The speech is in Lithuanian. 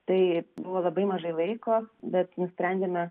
tai buvo labai mažai laiko bet nusprendėme